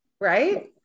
right